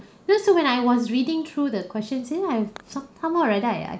you know so when I was reading through the questions seeing I have some somehow or rather I I